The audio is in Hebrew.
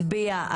מהטלפון,